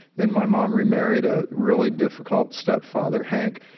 then my mom remarried a really difficult stepfather, hank,